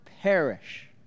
perish